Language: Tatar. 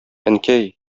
әнкәй